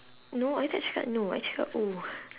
no I thought actually got no I actually got two